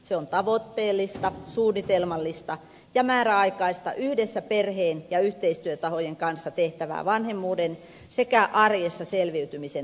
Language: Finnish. se on tavoitteellista suunnitelmallista ja määräaikaista yhdessä perheen ja yhteistyötahojen kanssa tehtävää vanhemmuuden sekä arjessa selviytymisen tukemista